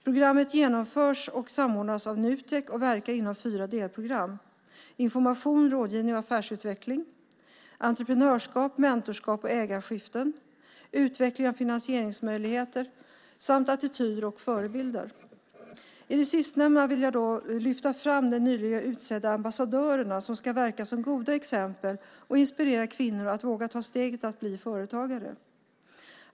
Programmet genomförs och samordnas av Nutek och verkar inom fyra delprogram, nämligen Information, rådgivning och affärsutveckling Entreprenörskap, mentorskap och ägarskiften Utveckling av finansieringsmöjligheter och Attityder och förebilder. I det sistnämnda vill jag lyfta fram de nyligen utsedda ambassadörerna som ska verka som goda exempel och inspirera kvinnor att våga ta steget att bli företagare.